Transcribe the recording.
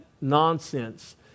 nonsense